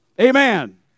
Amen